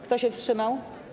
Kto się wstrzymał?